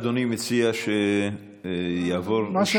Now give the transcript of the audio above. אדוני מציע שיעבור, מה שהמציעים רוצים.